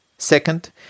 Second